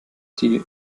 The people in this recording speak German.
die